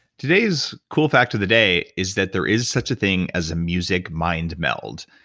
today's cool fact of the day is that there is such a thing as a music mind meld.